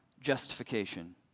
justification